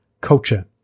Culture